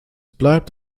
bleibt